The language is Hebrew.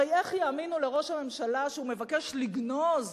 הרי איך יאמינו לראש הממשלה שהוא מבקש לגנוז,